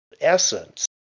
essence